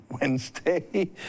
Wednesday